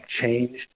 changed